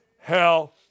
hell